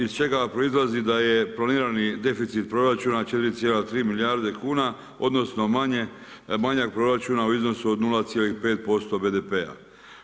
Iz čega proizlazi da je planirani deficit proračuna 4,3 milijarde kuna, odnosno, manjak proračuna u iznosu od 0,5% BDP-a.